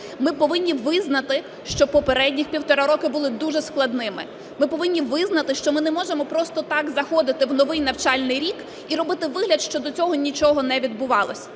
Ми повинні визнати, що попередніх півтора роки були дуже складними. Ми повинні визнати, що ми не можемо просто так заходити в новий навчальний рік і робити вигляд, що до цього нічого не відбувалося.